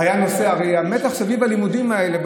הרי המתח סביב הלימודים האלה,